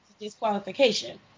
disqualification